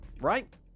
Right